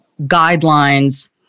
guidelines